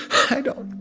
i don't.